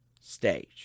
stage